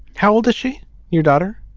how old is she your daughter.